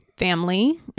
Family